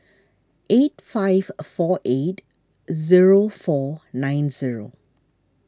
eight five four eight zero four nine zero